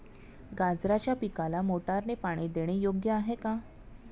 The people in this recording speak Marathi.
गाजराच्या पिकाला मोटारने पाणी देणे योग्य आहे का?